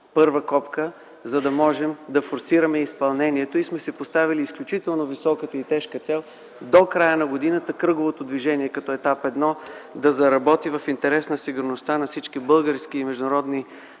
първа копка, за да можем да форсираме изпълнението. Поставили сме си изключително високата и тежка цел до края на годината кръговото движение като етап І да заработи в интерес на сигурността на всички български и чуждестранни граждани,